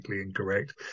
incorrect